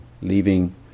leaving